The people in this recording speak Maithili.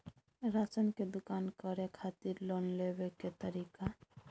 राशन के दुकान करै खातिर लोन लेबै के तरीका?